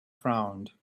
frowned